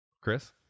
Chris